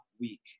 week